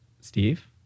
Steve